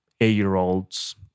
eight-year-olds